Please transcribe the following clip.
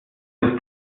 ist